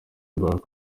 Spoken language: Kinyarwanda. barack